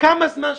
כמה זמן שנצטרך.